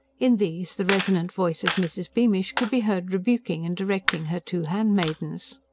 in these, the resonant voice of mrs. beamish could be heard rebuking and directing her two handmaidens.